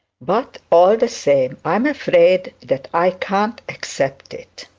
but, all the same, i am afraid that i can't accept it